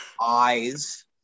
eyes